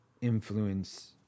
influence